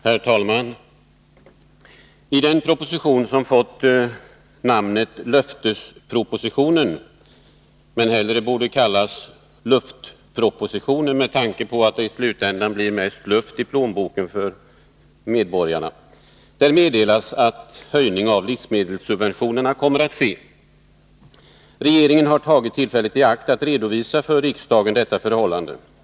Herr talman! I den proposition som har fått namnet löftespropositionen men som hellre borde kallas luftpropositionen med tanke på att det i slutändan blir mest luft i plånboken för medborgarna meddelas att en höjning av livsmedelssubventionerna kommer att ske. Regeringen har tagit tillfället i akt att för riksdagen redovisa detta förhållande.